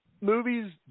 movies